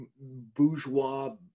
Bourgeois